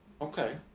okay